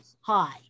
high